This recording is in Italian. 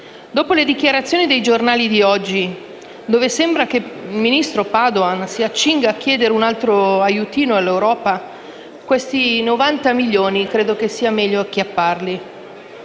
Dopo le dichiarazioni dei giornali di oggi, dove sembra che il ministro Padoan si accinga a chiedere un altro aiutino all'Europa, credo sia meglio acchiappare